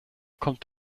kommt